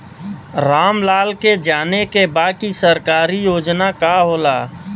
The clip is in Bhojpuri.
राम लाल के जाने के बा की सरकारी योजना का होला?